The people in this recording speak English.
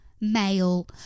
male